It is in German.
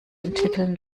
entwickeln